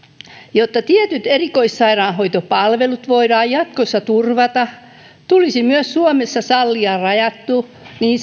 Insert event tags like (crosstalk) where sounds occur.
jotta tietyt erikoissairaanhoitopalvelut voidaan jatkossa turvata tulisi myös suomessa sallia rajattu niin (unintelligible)